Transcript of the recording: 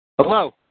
Hello